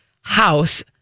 house